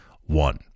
one